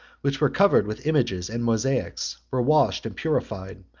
which were covered with images and mosaics, were washed and purified,